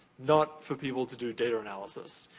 not for people to do data analysis.